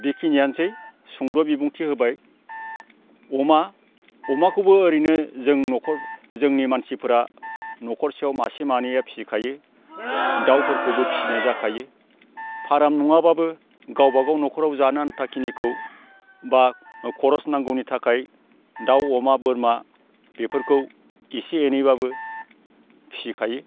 बेखिनियानोसै सुदं' बिबुंथि होबाय अमा अमाखौबो ओरैनो जों न'खर जोंनि मानसिफोरा न'खरसेयाव मासे मानैया फिसखायो दाउफोरखौबो फिनाय जाखायो फार्म नङाब्लाबो गावबा गाव न'खराव जानो आन्थाखिनिखौ बा खरस नांगौनि थाखाय दाउ अमा बोरमा बेफोरखौ एसे एनैब्लाबो फिसिखायो